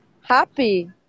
happy